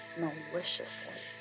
maliciously